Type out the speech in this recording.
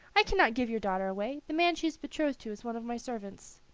i cannot give your daughter away. the man she is betrothed to is one of my servants.